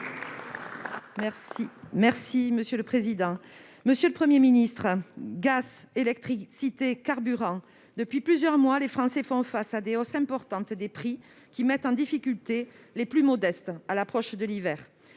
et Social Européen. Monsieur le Premier ministre, gaz, électricité, carburants : depuis plusieurs mois, les Français font face à des hausses importantes des prix qui mettent en difficulté les plus modestes à l'approche de l'hiver.